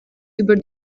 über